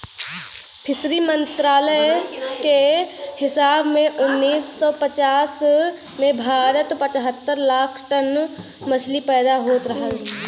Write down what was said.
fishery मंत्रालय के हिसाब से उन्नीस सौ पचास में भारत में पचहत्तर लाख टन मछली पैदा होत रहल